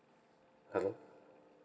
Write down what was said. hello